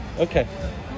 Okay